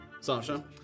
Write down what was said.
Sasha